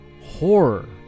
horror